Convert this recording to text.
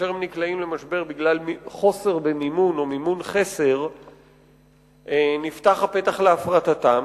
כאשר הם נקלעים למשבר בגלל חוסר במימון או מימון חסר נפתח הפתח להפרטתם,